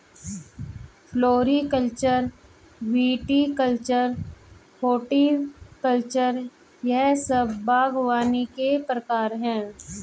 floriculture, viticulture, horticulture यह सब बागवानी के प्रकार है